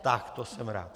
Tak to jsem rád.